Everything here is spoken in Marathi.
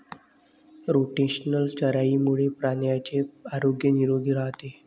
रोटेशनल चराईमुळे प्राण्यांचे आरोग्य निरोगी राहते